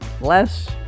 Less